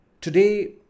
Today